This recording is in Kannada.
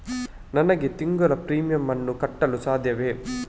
ನನಗೆ ತಿಂಗಳ ಪ್ರೀಮಿಯಮ್ ಅನ್ನು ಕಟ್ಟಲು ಸಾಧ್ಯವೇ?